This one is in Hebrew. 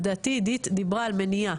לדעתי עידית דיברה על מניעה,